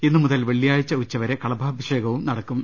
ഇന്ന് മുതൽ വെള്ളിയാഴ്ച ഉച്ചവരെ കളഭാഭിഷേകവും നട ക്കും